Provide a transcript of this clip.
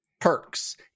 perks